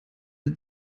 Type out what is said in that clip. sie